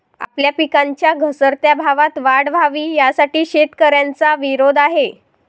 आपल्या पिकांच्या घसरत्या भावात वाढ व्हावी, यासाठी शेतकऱ्यांचा विरोध आहे